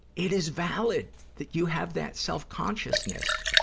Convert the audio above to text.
it is valid that you have that self-consciousness.